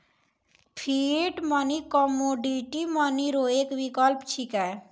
fiat money commodity money रो एक विकल्प छिकै